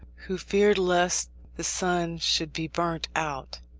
who feared lest the sun should be burnt out.